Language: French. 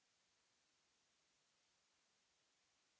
Merci